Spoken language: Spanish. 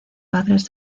padres